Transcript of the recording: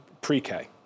pre-K